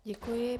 Děkuji.